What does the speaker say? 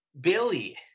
Billy